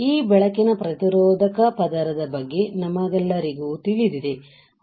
ಈ ಬೆಳಕಿನ ಪ್ರತಿರೋಧಕ ಪದರದ ಬಗ್ಗೆ ನಮಗೆಲ್ಲರಿಗೂ ತಿಳಿದಿದೆ